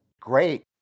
great